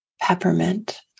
peppermint